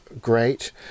great